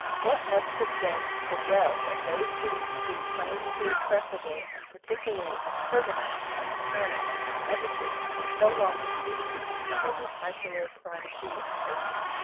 what must have been the wealth of those cities, whose claim appeared preferable, and particularly of pergamus, of smyrna, and of ephesus, who so long disputed with each other the titular primacy of asia?